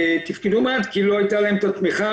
תפקדו מעט כי לא היתה להם התמיכה,